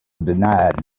denied